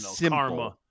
karma